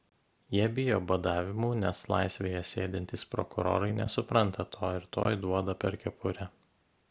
jie bijo badavimų nes laisvėje sėdintys prokurorai nesupranta to ir tuoj duoda per kepurę